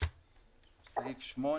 סעיף 8,